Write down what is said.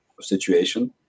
situation